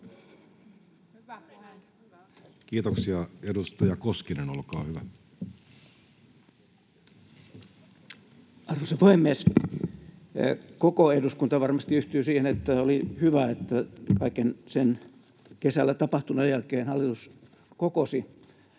Kiitoksia. — Edustaja Koskinen, olkaa hyvä. Arvoisa puhemies! Koko eduskunta varmasti yhtyy siihen, että oli hyvä, että kaiken sen kesällä tapahtuneen jälkeen hallitus kokosi